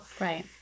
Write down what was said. Right